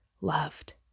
loved